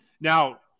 Now